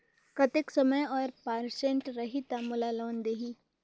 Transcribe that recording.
कतेक समय और परसेंट रही तब मोला लोन देही?